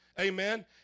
Amen